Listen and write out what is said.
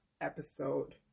episode